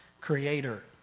creator